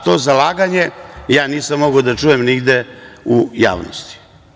To zalaganje nisam mogao da čujem nigde u javnosti.